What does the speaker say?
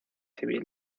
civil